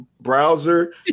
browser